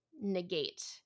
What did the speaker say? negate